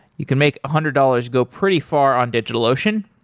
you can make a hundred dollars go pretty far on digitalocean.